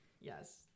yes